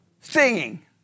singing